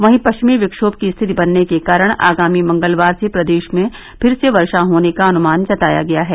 वहीं पश्चिमी विक्षोम की स्थिति बनने के कारण आगामी मंगलवार से प्रदेश में फिर से वर्षा होने का अनुमान जताया गया है